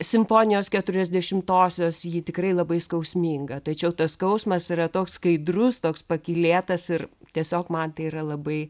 simfonijos keturiasdešimtosios ji tikrai labai skausminga tačiau tas skausmas yra toks skaidrus toks pakylėtas ir tiesiog man tai yra labai